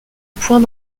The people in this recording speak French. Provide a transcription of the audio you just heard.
point